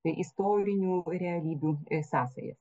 bei istorinių realybių sąsajas